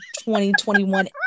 2021